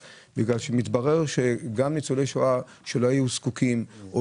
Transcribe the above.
מתברר שגם ניצולי שואה שלא היו זקוקים או